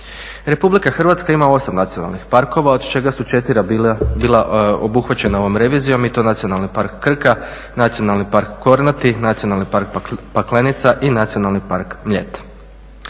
Republika Hrvatska ima 8 nacionalnih parkova od čega su 4 bila obuhvaćena ovom revizijom i to Nacionalni park Krka, Nacionalni park Kornati, Nacionalni park Paklenica i Nacionalni park Mljet.